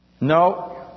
No